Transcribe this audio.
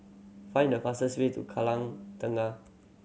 find the fastest way to Kallang Tengah